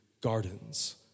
gardens